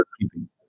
keeping